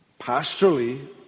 pastorally